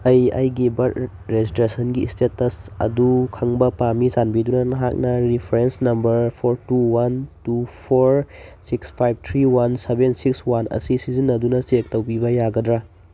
ꯑꯩ ꯑꯩꯒꯤ ꯕꯔꯠ ꯔꯦꯖꯤꯁꯇ꯭ꯔꯦꯁꯟꯒꯤ ꯏꯁꯇꯦꯇꯁ ꯑꯗꯨ ꯈꯪꯕ ꯄꯥꯝꯃꯤ ꯆꯥꯟꯕꯤꯗꯨꯅ ꯅꯍꯥꯛꯅ reference number four two one two four six five three one seven six one ꯑꯁꯤ ꯁꯤꯖꯤꯟꯅꯗꯨꯅ ꯆꯦꯛ ꯇꯧꯕꯤꯕ ꯌꯥꯒꯗ꯭ꯔꯥ